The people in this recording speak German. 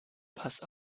pass